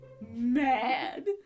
mad